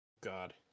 god